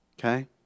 Okay